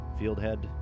Fieldhead